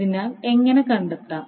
അതിനാൽ എങ്ങനെ കണ്ടെത്താം